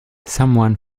someone